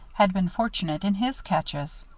had been fortunate in his catches.